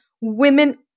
women